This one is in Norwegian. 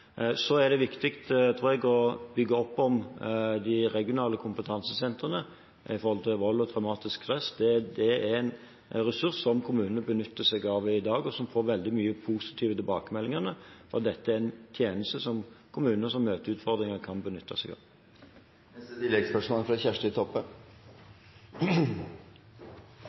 å bygge opp om de regionale kompetansesentrene om vold og traumatisk stress. Det er en ressurs som kommunene benytter seg av i dag, og som får veldig mye positive tilbakemeldinger, og dette er en tjeneste som kommuner som møter utfordringer, kan benytte seg av.